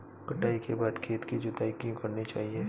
कटाई के बाद खेत की जुताई क्यो करनी चाहिए?